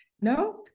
no